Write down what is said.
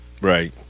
Right